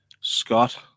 Scott